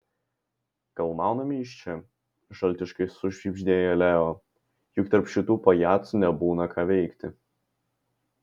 gal mauname iš čia žaltiškai sušnibždėjo leo juk tarp šitų pajacų nebūna ką veikti